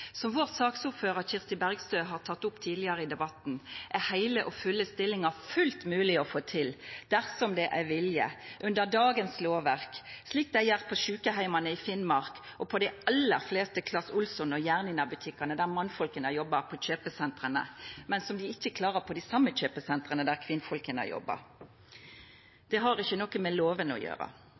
Som vår medlem i komiteen, Kirsti Bergstø, har teke opp tidlegare i debatten, er heile og fulle stillingar fullt mogleg å få til dersom det er vilje, under dagens lovverk, slik dei gjer på sjukeheimane i Finnmark og i dei aller fleste Clas Ohlson- og Jernia-butikkane der mannfolka jobbar på kjøpesentra, men som dei ikkje klarer å få til på dei same kjøpesentra der kvinnfolka jobbar. Det har ikkje noko med lovene å gjera.